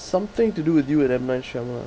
something to do with you and M night shyamalan